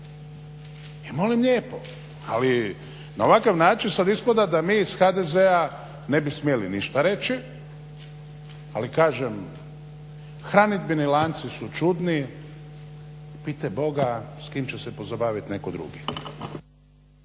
i molim lijepo. Ali na ovakav način sad ispada da mi iz HDZ-a ne bi smjeli ništa reći, ali kažem hranidbeni lanci su čudni. Pitaj boga s kim će se pozabavit netko drugi.